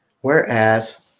Whereas